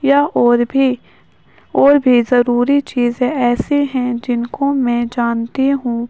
یا اور بھی اور بھی ضروری چیزیں ایسے ہیں جن کو میں جانتی ہوں